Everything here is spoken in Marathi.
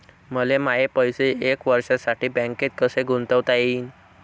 मले माये पैसे एक वर्षासाठी बँकेत कसे गुंतवता येईन?